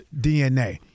DNA